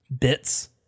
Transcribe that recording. bits